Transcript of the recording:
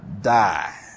Die